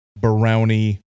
brownie